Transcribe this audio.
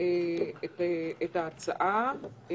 את ההצעה.